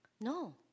No